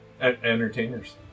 Entertainers